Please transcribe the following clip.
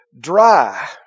dry